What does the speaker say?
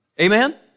Amen